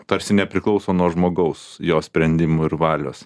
tarsi nepriklauso nuo žmogaus jo sprendimų ir valios